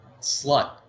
slut